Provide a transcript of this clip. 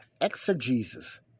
Exegesis